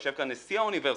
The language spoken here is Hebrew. יושב כאן נשיא האוניברסיטה,